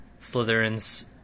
slytherin's